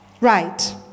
Right